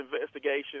investigation